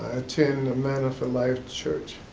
attend a manor for life church.